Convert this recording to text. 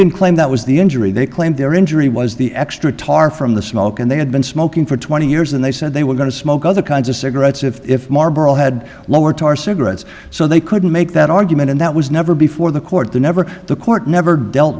didn't claim that was the injury they claimed their injury was the extra tar from the smoke and they had been smoking for twenty years and they said they were going to smoke other kinds of cigarettes if marber all had lower tar cigarettes so they couldn't make that argument and that was never before the court the never the court never dealt